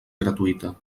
gratuïta